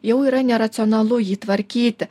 jau yra neracionalu jį tvarkyti